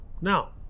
Now